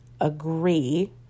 agree